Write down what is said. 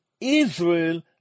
Israel